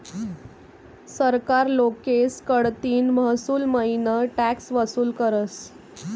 सरकार लोकेस कडतीन महसूलमईन टॅक्स वसूल करस